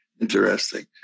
Interesting